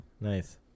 Nice